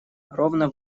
ровно